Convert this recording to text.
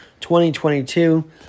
2022